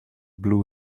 blue